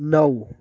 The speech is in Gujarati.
નવ